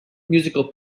musical